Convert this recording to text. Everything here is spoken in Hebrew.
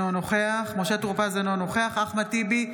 אינו נוכח משה טור פז, אינו נוכח אחמד טיבי,